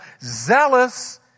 zealous